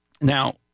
Now